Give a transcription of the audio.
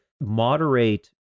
moderate